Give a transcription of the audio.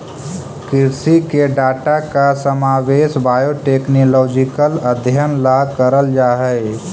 कृषि के डाटा का समावेश बायोटेक्नोलॉजिकल अध्ययन ला करल जा हई